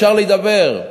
אפשר להידבר.